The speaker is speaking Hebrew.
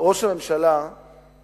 ראש הממשלה נתניהו